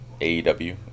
AEW